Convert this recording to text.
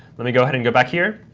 let me go ahead and go back here,